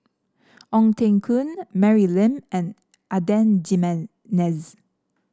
Ong Teng Koon Mary Lim and Adan Jimenez